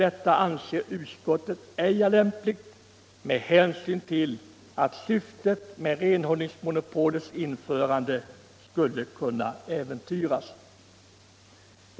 Det anser utskottet ej är lämpligt med hänsyn till att syftet med renhållningsmonopolets införande då skulle kunna äventyras.